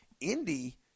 Indy